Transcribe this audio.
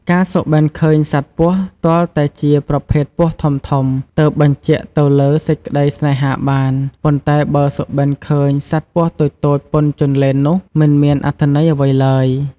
ការសុបិនឃើញសត្វពស់ទាល់តែជាប្រភេទពស់ធំៗ ទើបបញ្ជាក់ទៅលើ សេចក្តីសេ្នហាបាន ប៉ុន្តែបើសិនសុបិនឃើញសត្វពស់តូចៗប៉ុនជន្លេននោះ មិន មានអត្ថន័យអ្វីឡើយ។